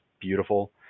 beautiful